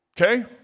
Okay